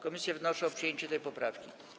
Komisje wnoszą o przyjęcie tej poprawki.